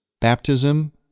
baptism